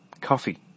coffee